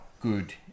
good